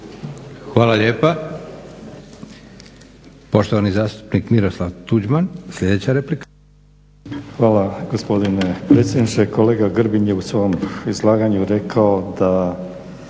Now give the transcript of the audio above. Hvala lijepa. Poštovani zastupnik Miroslav Tuđman, sljedeća replika. **Tuđman, Miroslav (HDZ)** Hvala gospodine predsjedniče. Kolega Grbin je u svom izlaganju rekao da